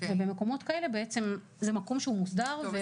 ובמקומות כאלה זה מקום שהוא מוסדר ומוצהר.